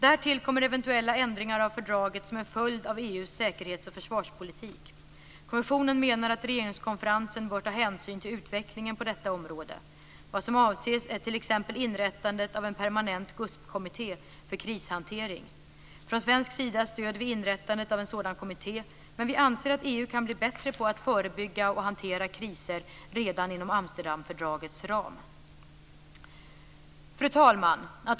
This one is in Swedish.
Därtill kommer eventuella ändringar av fördraget som en följd av EU:s säkerhets och försvarspolitik. Kommissionen menar att regeringskonferensen bör ta hänsyn till utvecklingen på detta område. Vad som avses är t.ex. inrättandet av en permanent GUSP-kommitté för krishantering. Från svensk sida stöder vi inrättandet av en sådan kommitté, men vi anser att EU kan bli bättre på att förebygga och hantera kriser redan inom Amsterdamfördragets ram. Fru talman!